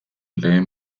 lehen